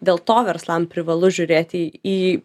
dėl to verslam privalu žiūrėti į